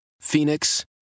Phoenix